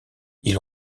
ils